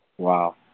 Wow